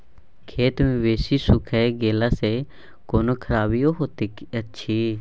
खेत मे बेसी सुइख गेला सॅ कोनो खराबीयो होयत अछि?